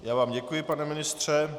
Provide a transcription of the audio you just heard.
Já vám děkuji, pane ministře.